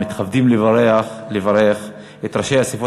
אנו מתכבדים לברך את ראשי האספות